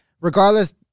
regardless